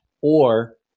Or-